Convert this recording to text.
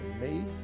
made